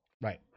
Right